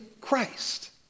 Christ